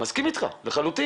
מסכים אתך לחלוטין,